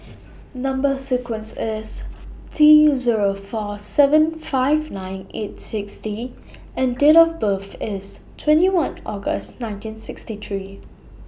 Number sequence IS T Zero four seven five nine eight six D and Date of birth IS twenty one August nineteen sixty three